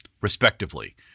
respectively